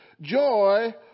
joy